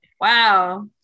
wow